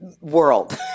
world